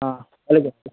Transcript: हां ते